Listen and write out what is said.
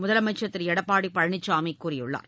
முதலமைச்சர் திரு எடப்பாடி பழனிசாமி கூறியுள்ளார்